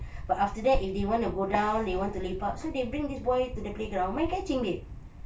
but after that if they want to go down they want to lepak so they bring this boy to the playground main catching babe